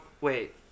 wait